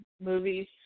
movies